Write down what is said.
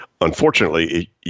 unfortunately